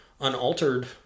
unaltered